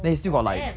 oh for them